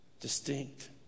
distinct